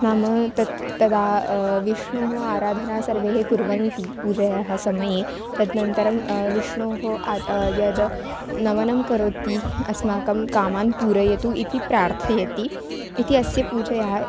नाम तत् तदा विष्णोः आराधनां सर्वे कुर्वन्ति पूजायाः समये तदनन्तरं विष्णोः अपि यद् नमनं करोति अस्माकं कामान् पूरयतु इति प्रार्थयति इति अस्याः पूजायाः